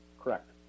correct